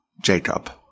Jacob